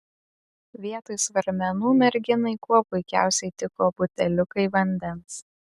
vietoj svarmenų merginai kuo puikiausiai tiko buteliukai vandens